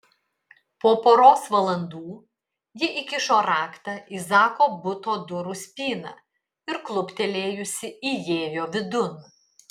po poros valandų ji įkišo raktą į zako buto durų spyną ir kluptelėjusi įėjo vidun